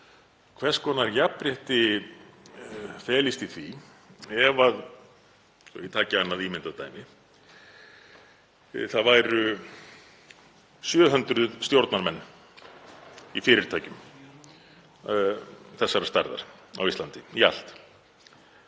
hvers konar jafnrétti felist í því, svo ég taki annað ímyndað dæmi, ef það væru 700 stjórnarmenn í fyrirtækjum þessarar stærðar á Íslandi í allt.